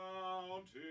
Mountains